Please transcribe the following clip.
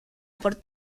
por